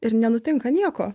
ir nenutinka nieko